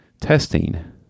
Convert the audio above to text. testing